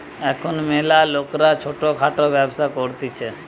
এখুন ম্যালা লোকরা ছোট খাটো ব্যবসা করতিছে